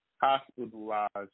hospitalized